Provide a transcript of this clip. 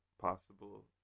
possible